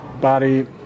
body